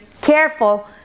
careful